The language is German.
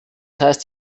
heißt